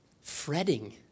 fretting